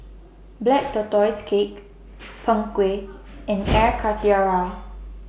Black Tortoise Cake Png Kueh and Air Karthira